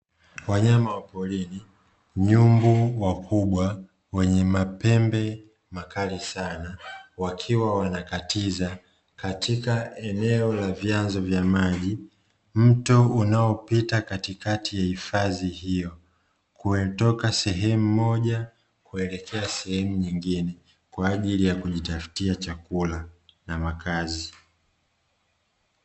Wanyama wa porini, nyumbu wakubwa wenye mapembe makali sana, wakiwa wanakatiza katika eneo la vyanzo vya maji, mto unaopita katikati ya hifadhi hiyo, kutoka sehemu moja kuelekea sehemu nyengine kwaajili ya kujitafutia chakula na makazi.